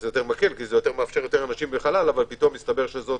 כי זה מאפשר יותר אנשים בחלל, אבל מסתבר פתאום שבו